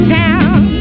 town